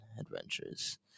adventures